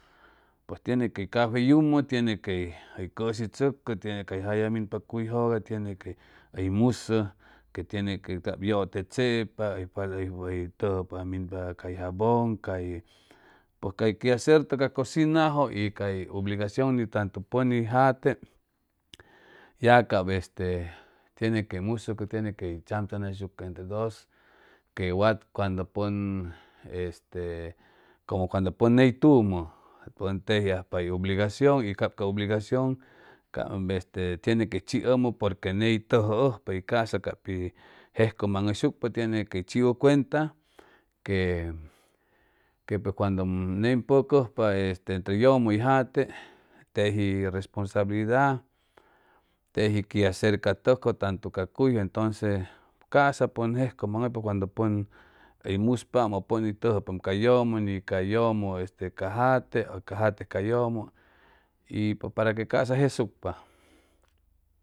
Pues tiene quey cafey yumʉ tiene quey hʉy cʉshi tzʉcʉ tiene cay jalla minpa cuyjʉga tiene que hʉy musʉ que tiene que cap yʉte chepa hʉy tʉjʉpa minpa cay jabon cay pʉj cay que hacer ca cʉcinajʉ y cay ubligacion ni tantu pʉn y jate ya cap este tiene que musucʉ tiene quey tzamtzamnayshucʉ entre dos que wat cuando pʉn este como cuando pʉn neytumʉ pʉn tejia japa hʉy ubligacion y cap ca ubligacion cap este tiene que chiʉhʉmʉ porque ney tʉjʉhʉjpa y ca'sa cap pi jejcʉmaŋhʉyshucpa tiene quey chiwʉ cuenta que que pʉj cuandʉ nen pʉcʉjpa este te yʉmʉ y jate teji responsabilidad teji que hacer ca tʉkjʉ tantu ca cuyje entonces ca'sa pʉn jejcʉmaŋhʉypa cuando pʉn hʉy muspaam ʉ pʉn hʉy tʉjʉpaam ca yʉmʉ ni ca yʉmʉ este ca jate u ca jate ca yʉmʉ y pues para que ca'sa jejsucpa